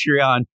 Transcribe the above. Patreon